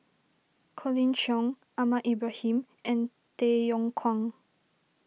Colin Cheong Ahmad Ibrahim and Tay Yong Kwang